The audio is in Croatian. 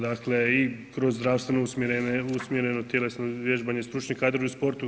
Dakle i kroz zdravstveno usmjereno tjelesno vježbanje i stručni kadrovi u sportu.